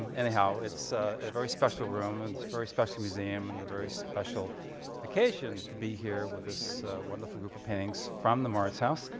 anyhow, it's a very special room and a very special museum and a very special occasion to be here with this wonderful group of paintings from the mauritshuis